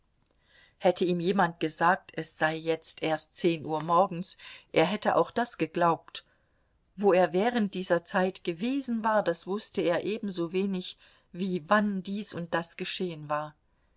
hätte ihm jemand gesagt es sei jetzt erst zehn uhr morgens er hätte auch das geglaubt wo er während dieser zeit gewesen war das wußte er ebensowenig wie wann dies und das geschehen war